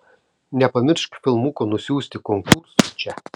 nepamiršk filmuko nusiųsti konkursui čia